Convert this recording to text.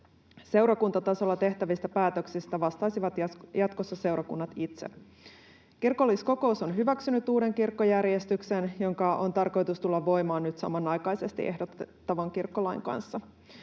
Seurakuntatasolla tehtävistä päätöksistä vastaisivat jatkossa seurakunnat itse. Kirkolliskokous on hyväksynyt uuden kirkkojärjestyksen, jonka on tarkoitus tulla voimaan nyt samanaikaisesti ehdotettavan kirkkolain kanssa,